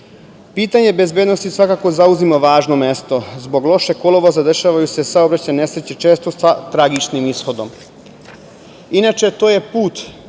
puteva. Pitanje bezbednosti svakako zauzima važno mesto. Zbog lošeg kolovoza dešavaju se saobraćajne nesreće često sa tragičnim ishodom. Inače, to je put